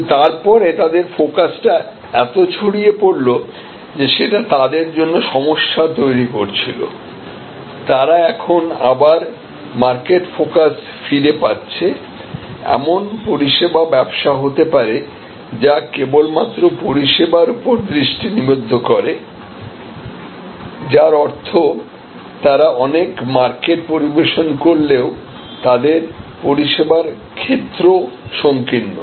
কিন্তু তারপরে তাদের ফোকাসটা এত ছড়িয়ে পরল যে সেটা তাদের জন্য সমস্যা তৈরি করছিল তারা এখন আবার মার্কেট ফোকাস ফিরে পাচ্ছে এমন পরিষেবা ব্যবসা হতে পারে যা কেবলমাত্র পরিষেবার উপর দৃষ্টি নিবদ্ধ করে যার অর্থ তারা অনেক মার্কেট পরিবেশন করলেও তাদের পরিষেবার ক্ষেত্র সংকীর্ণ